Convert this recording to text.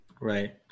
Right